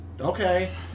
Okay